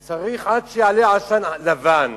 צריך, עד שיעלה עשן לבן,